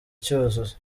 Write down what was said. cyuzuzo